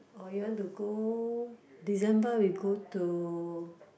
or you want to go December we go to